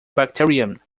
bacterium